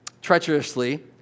treacherously